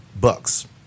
Bucks